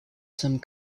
some